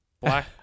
Black